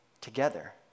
together